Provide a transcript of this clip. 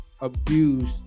abuse